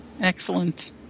excellent